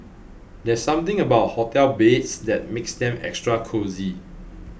there's something about hotel beds that makes them extra cosy